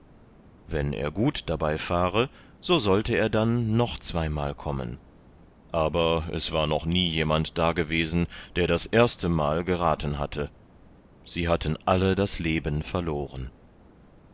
wenn er gut dabei fahre so sollte er dann noch zweimal kommen aber es war noch nie jemand dagewesen der das erste mal geraten hatte sie hatten alle das leben verloren